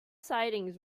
sightings